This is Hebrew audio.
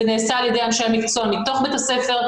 זה נעשה על ידי אנשי המקצוע מתוך בית הספר,